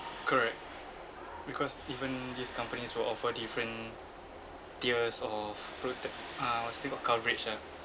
correct because even these companies will offer different tiers of protect uh what's it called coverage ah